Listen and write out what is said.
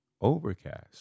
overcast